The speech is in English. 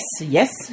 yes